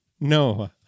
no